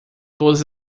todas